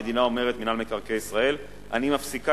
המדינה אומרת למינהל מקרקעי ישראל: אני מפסיקה